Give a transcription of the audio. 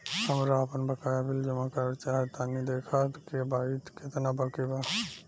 हमरा आपन बाकया बिल जमा करल चाह तनि देखऽ के बा ताई केतना बाकि बा?